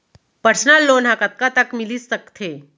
Personal loan ह कतका तक मिलिस सकथे?